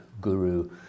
guru